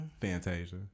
Fantasia